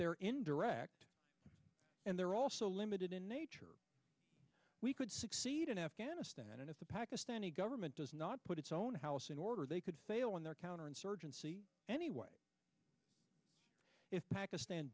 they're in direct and they're also limited in nature we could succeed in afghanistan and if the pakistani government does not put its own house in order they could fail in their counterinsurgency anyway if pakistan